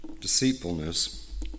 deceitfulness